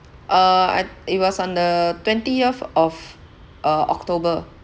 uh I'd it was on the twentieth of uh october